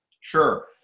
Sure